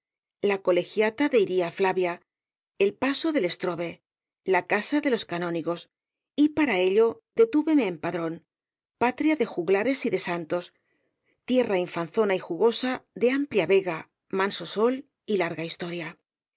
la colegiata de iria flavia el paso de lestrove la casa de los canónigos y para ello detúveme en padrón patria de juglares y de santos tierra infanzona y jugosa de amplia vega manso sol y larga historia